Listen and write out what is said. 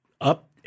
up